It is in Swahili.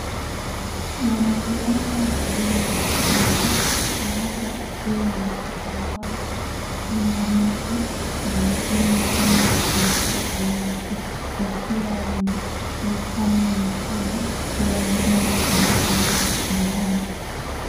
Wanariadha wawili wa Kenya, mmoja akiwa na kitambaa cha kufunga macho na mwingine kama kiongozi wake, wakiwa wameshikana mikono uwanjani baada ya mashindano.